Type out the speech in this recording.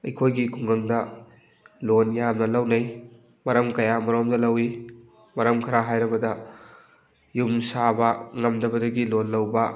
ꯑꯩꯈꯣꯏꯒꯤ ꯈꯨꯡꯒꯪꯗ ꯂꯣꯟ ꯌꯥꯝꯅ ꯂꯧꯅꯩ ꯃꯔꯝ ꯀꯌꯥ ꯃꯔꯨꯝꯗ ꯂꯧꯋꯤ ꯃꯔꯝ ꯈꯔ ꯍꯥꯏꯔꯕꯗ ꯌꯨꯝ ꯁꯥꯕ ꯉꯝꯗꯕꯗꯒꯤ ꯂꯣꯟ ꯂꯧꯕ